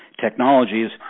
technologies